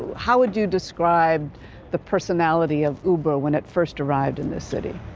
how would you describe the personality of uber, when it first arrived in this city?